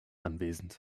anwesend